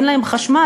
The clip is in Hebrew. אין להם חשמל,